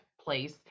place